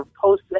post